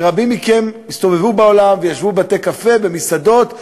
ורבים מכם הסתובבו בעולם וישבו בבתי-קפה ובמסעדות,